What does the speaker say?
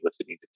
listening